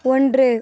ஒன்று